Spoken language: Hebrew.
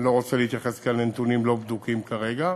אני לא רוצה להתייחס כאן לנתונים לא בדוקים כרגע.